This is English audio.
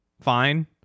fine